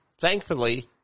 Thankfully